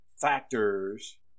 factors